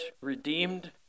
redeemed